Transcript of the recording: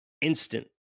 instant